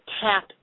tap